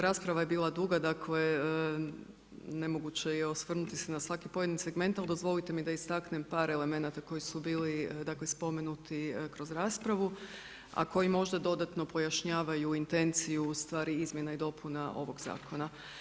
Rasprava je bila duga, dakle, nemoguće je osvrnuti se na svaki pojedini segment, ali dozvolite da istaknem par elemenata koji su bili spomenuti kroz raspravu a koji možda dodatno pojašnjavaju intenciju, ustvari izmjene i dopuna ovog zakona.